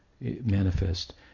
manifest